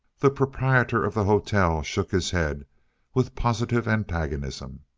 the proprietor of the hotel shook his head with positive antagonism.